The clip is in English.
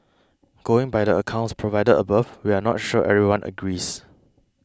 going by the accounts provided above we're not sure everyone agrees